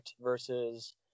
versus